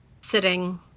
sitting